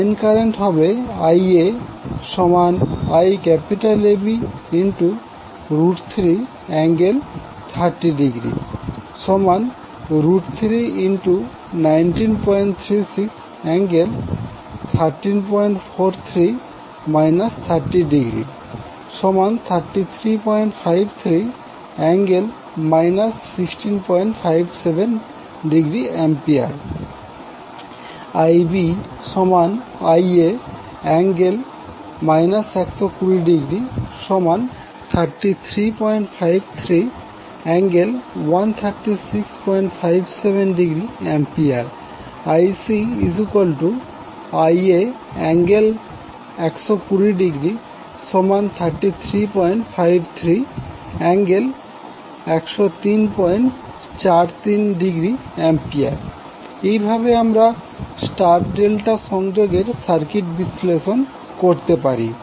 line current হবে IaIAB3∠ 30°319361343° 30°3353∠ 1657°A IbIa∠ 120°3353∠ 13657°A IcIa∠120°3353∠10343°A এইভাবে আমরা স্টার ডেল্টা সংযোগ এর সার্কিট বিশ্লেষণ করতে পারি